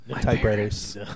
Typewriters